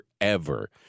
forever